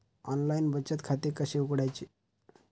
Online बचत खाते कसे उघडायचे?